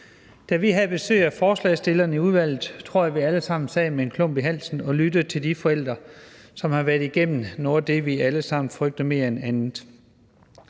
Da vi havde besøg af forslagsstillerne i udvalget, tror jeg, at vi alle sammen sad med en klump i halsen og lyttede til de forældre, som havde været igennem noget af det, vi alle sammen frygter mere end noget